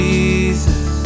Jesus